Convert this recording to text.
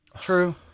True